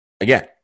again